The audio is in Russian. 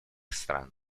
стран